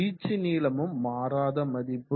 வீச்சு நீளமும் மாறாத மதிப்பு